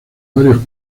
varios